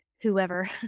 whoever